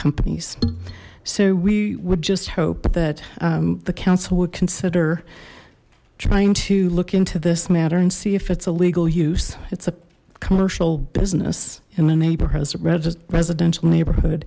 companies so we would just hope that the council would consider trying to look into this matter and see if it's a legal use it's a commercial business in the neighborhood residential neighborhood